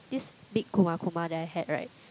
this big kuma-kuma that I had right